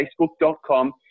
facebook.com